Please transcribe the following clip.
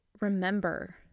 remember